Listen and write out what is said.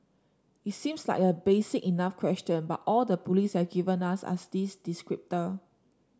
it seems like a basic enough question but all the police have given us are these descriptor